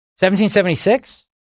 1776